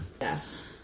Yes